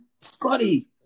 Scotty